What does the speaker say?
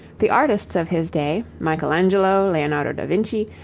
the artists of his day, michelangelo, leonardo da vinci,